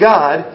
God